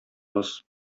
боз